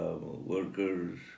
workers